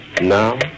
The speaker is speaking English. Now